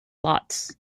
lots